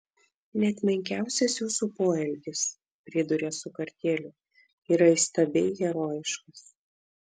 net menkiausias jūsų poelgis priduria su kartėliu yra įstabiai herojiškas